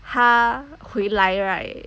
她回来 right